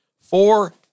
Four